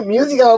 Music